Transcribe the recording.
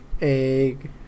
egg